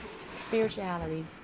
spirituality